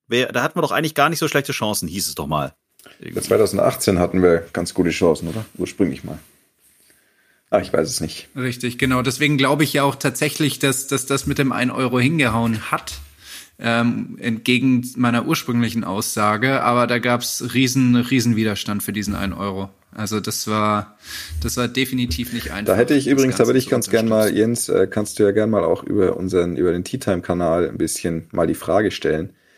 Wer- da hatten wir doch eigentlich gar nicht so schlechte Chancen, hieß es doch mal. Ja, 2018 hatten wir ganz gute Chancen, oder? Ursprünglich mal. Ah, ich weiß es nicht. Richtig, genau. Deswegen glaube ich ja auch tatsächlich, dass- dass das mit dem 1 Euro hingehauen hat, ähm, entgegen meiner ursprünglichen Aussage. Aber da gab's riesen- riesen Widerstand für diesen 1 Euro. Also das war- das war definitiv nicht Da einfach, hätte ich das übrigens- Ganze da würde ich zu ganz gerne mal- unterstützen. Jens, äh, kannst du ja gerne mal auch über unseren- über den Teatime-Kanal ein bisschen mal die Frage stellen.